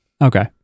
okay